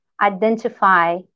identify